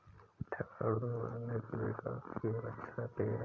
थकावट दूर करने के लिए कॉफी एक अच्छा पेय है